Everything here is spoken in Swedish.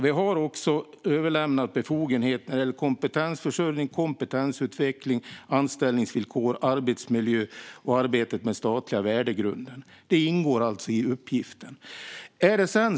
Vi har också överlämnat befogenheter när det gäller kompetensförsörjning, kompetensutveckling, anställningsvillkor, arbetsmiljö och arbetet med den statliga värdegrunden. Detta ingår alltså i uppgiften.